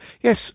Yes